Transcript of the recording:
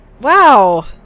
Wow